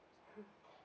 hmm